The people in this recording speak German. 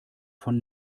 von